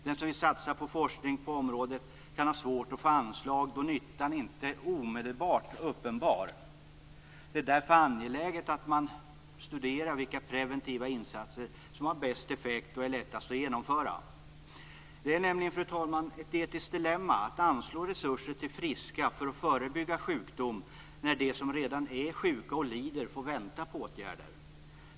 Den som vill satsa på forskning på området kan ha svårt att få anslag då nyttan inte är omedelbart uppenbar. Det är därför angeläget att man studerar vilka preventiva insatser som har den bästa effekten och som är lättast att genomföra. Det är nämligen, fru talman, ett etiskt dilemma att anslå resurser till friska för att förebygga sjukdom när de som redan är sjuka och lider får vänta på åtgärder.